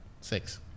six